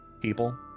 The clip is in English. people